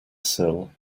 sill